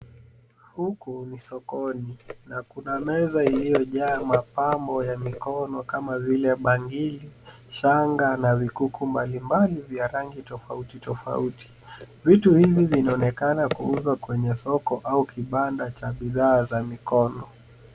Huku ni sokoni na kuna meza iliyojaa mapambo ya mikono kama vile bangili, shanga na vikuku mbalimbali vya rangi tofauti tofauti. Vitu hivi vinaonekana kuuzwa kwenye soko au kibanda cha bidhaa za mikono.